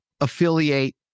affiliate